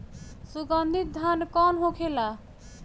सुगन्धित धान कौन होखेला?